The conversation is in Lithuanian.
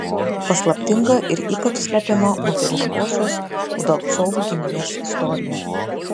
paslaptinga ir ypač slepiama moteriškosios udalcovų giminės istorija